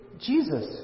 Jesus